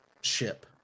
ship